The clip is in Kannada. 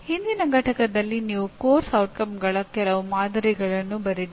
ಹಿಂದಿನ ಪಠ್ಯದಲ್ಲಿ ನೀವು ಪಠ್ಯಕ್ರಮದ ಪರಿಣಾಮಗಳ ಕೆಲವು ಮಾದರಿಗಳನ್ನು ಬರೆದಿದ್ದೀರಿ